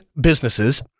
businesses